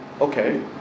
okay